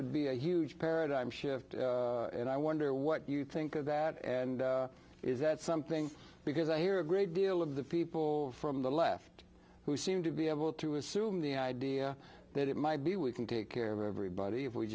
would be a huge paradigm shift and i wonder what you think of that and is that something because i hear a great deal of the people from the left who seem to be able to assume the idea that it might be we can take care of everybody if we